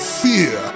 fear